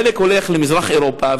חלק הולכים למזרח אירופה,